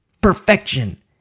Perfection